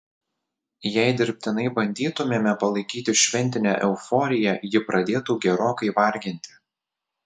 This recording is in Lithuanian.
jei dirbtinai bandytumėme palaikyti šventinę euforiją ji pradėtų gerokai varginti